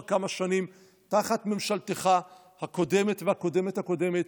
כמה שנים תחת ממשלתך הקודמת והקודמת-הקודמת,